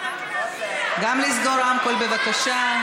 בבקשה.